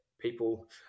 People